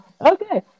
Okay